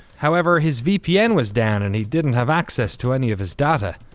however, his vpn was down and he didn't have access to any of his data.